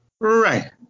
Right